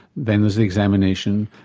then there's the examination,